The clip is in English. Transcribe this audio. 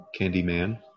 Candyman